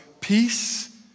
peace